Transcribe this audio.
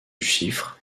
chiffres